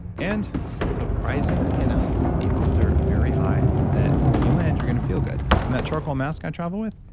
and surprisingly enough, the odds are very high that when you land you're going to feel good. and that charcoal mask i travel with,